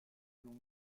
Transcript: longue